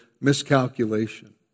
miscalculation